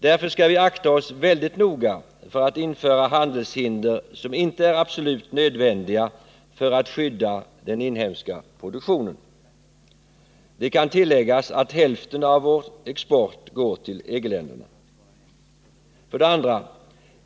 Därför skall vi akta oss väldigt noga för att införa handelshinder som inte är absolut nödvändiga för att skydda den inhemska produktionen. Det kan tilläggas att hälften av vår export går till EG-länderna. 2.